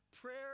Prayer